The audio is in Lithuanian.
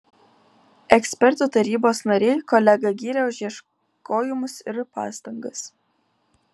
ekspertų tarybos nariai kolegą gyrė už ieškojimus ir pastangas